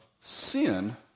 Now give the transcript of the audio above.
sin